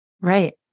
Right